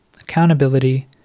accountability